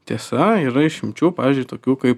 tiesa yra išimčių pavyzdžiui tokių kaip